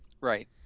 Right